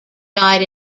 died